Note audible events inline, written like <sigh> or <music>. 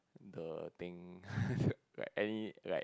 the thing <laughs> like any like